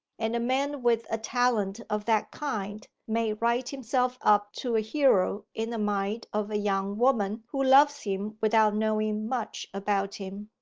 and a man with a talent of that kind may write himself up to a hero in the mind of a young woman who loves him without knowing much about him.